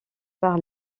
par